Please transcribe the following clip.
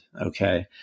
okay